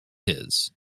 his